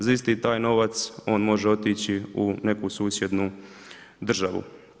Za isti taj novac, on može otići u neku susjednu državu.